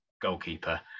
goalkeeper